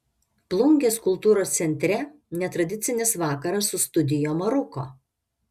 plungės kultūros centre netradicinis vakaras su studio maruko